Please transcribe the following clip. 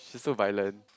so violent